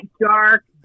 dark